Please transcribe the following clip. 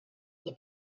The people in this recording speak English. the